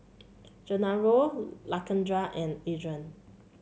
Gennaro Lakendra and Adrain